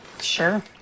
Sure